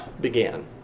began